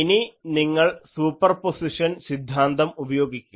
ഇനി നിങ്ങൾ സൂപ്പർപൊസിഷൻ സിദ്ധാന്തം ഉപയോഗിക്കുക